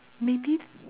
maybe